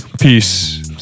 Peace